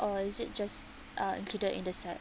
or is it just uh included in the set